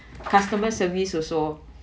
customer service also